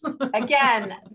Again